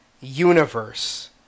universe